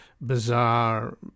Bizarre